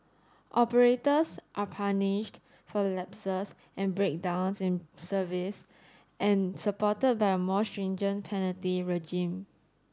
operators are punished for lapses and breakdowns in service and supported by a more stringent penalty regime